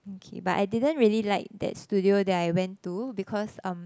okay but I didn't really like that studio that I went to because um